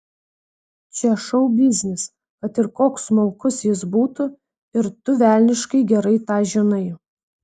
čia šou biznis kad ir koks smulkus jis būtų ir tu velniškai gerai tą žinai